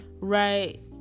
right